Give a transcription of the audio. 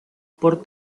por